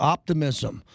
Optimism